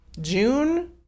June